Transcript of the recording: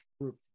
group